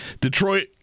Detroit